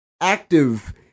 active